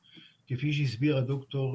אין לי מה להוסיף בנושא הזה.